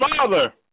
Father